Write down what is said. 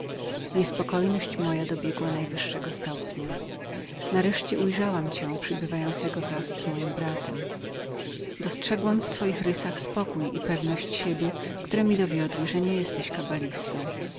niespokojność moja dobiegła najwyższego stopnia nareszcie ujrzałam cię przybywającego wraz z moim bratem dostrzegłam w twoich rysach zapewnienie i pogodę które mi dowiodły że niebyłeś kabalistą